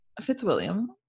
Fitzwilliam